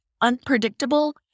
unpredictable